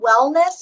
wellness